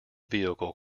vehicle